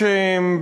גברתי שרת הבריאות,